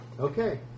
Okay